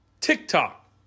TikTok